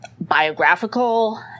biographical